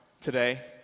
today